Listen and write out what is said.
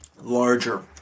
larger